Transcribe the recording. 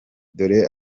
dore